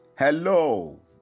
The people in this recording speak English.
Hello